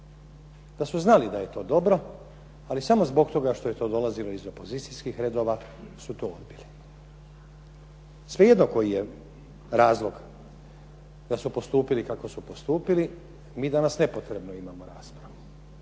Da su znali da je to dobro, ali samo zbog toga što je dolazilo iz opozicijskih redova su to odbili. Svejedno koji je razlog da su postupili kako su postupili, mi danas nepotrebno imamo raspravu.